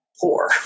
poor